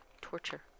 torture